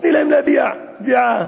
תני להם להביע דעה,